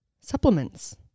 supplements